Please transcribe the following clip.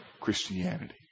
Christianity